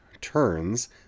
turns